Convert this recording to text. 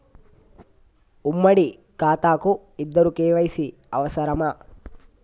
ఉమ్మడి ఖాతా కు ఇద్దరు కే.వై.సీ అవసరమా?